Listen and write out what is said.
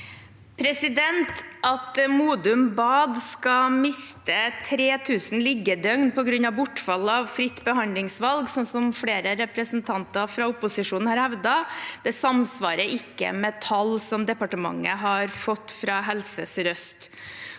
At Modum bad skal miste 3 000 liggedøgn på grunn av bortfallet av fritt behandlingsvalg, som flere representanter fra opposisjonen har hevdet, samsvarer ikke med tall som departementet har fått fra Helse Sør-Øst.